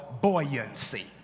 buoyancy